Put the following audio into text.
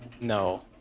No